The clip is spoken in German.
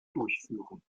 durchführen